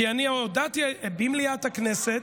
כי אני הודעתי במליאת הכנסת,